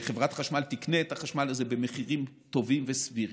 שחברת חשמל תקנה את החשמל הזה במחירים טובים וסבירים,